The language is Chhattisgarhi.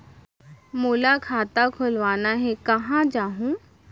मोला खाता खोलवाना हे, कहाँ जाहूँ?